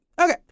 Okay